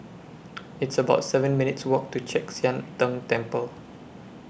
It's about seven minutes' Walk to Chek Sian Tng Temple